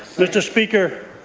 mr. speaker,